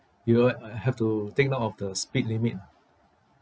you will have to take note of the speed limit lah